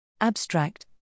Abstract